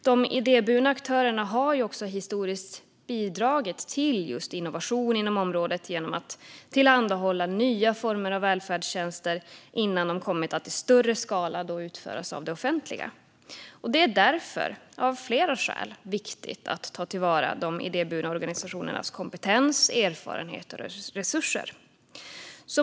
De idéburna aktörerna har också historiskt bidragit till just innovationen inom området genom att tillhandahålla nya former av välfärdstjänster innan de kommit att i större skala utföras av det offentliga. Det är därför av flera skäl viktigt att ta till vara de idéburna organisationernas kompetens, erfarenheter och resurser.